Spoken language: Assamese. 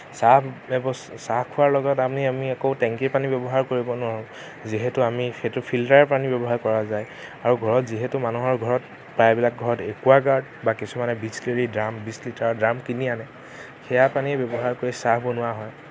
চাহ চাহ খোৱাৰ লগত আমি আমি আকৌ টেংকীৰ পানী ব্যৱহাৰ কৰিব নোৱাৰোঁ যিহেতু আমি সেইটো ফিল্টাৰ পানী ব্যৱহাৰ কৰা যায় আৰু ঘৰত যিহেতু মানুহৰ ঘৰত প্ৰায়বিলাক ঘৰত একুৱাগাৰ্ড বা কিছুমানে বিছলেৰী ড্ৰাম বিছ লিটাৰৰ ড্ৰাম কিনি আনে সেইয়া পানী ব্যৱহাৰ কৰি চাহ বনোৱা হয়